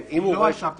לא על צו תשלומים.